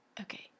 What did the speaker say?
Okay